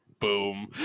Boom